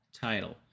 title